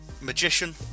Magician